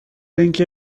اینکه